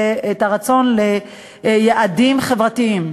את הרצון ל יעדים חברתיים.